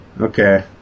Okay